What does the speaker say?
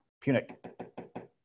Punic